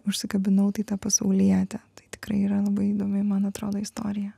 užsikabinau tai ta pasaulietė tai tikrai yra labai įdomi man atrodo istorija